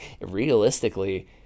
realistically